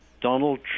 Donald